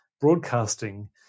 broadcasting